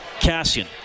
Cassian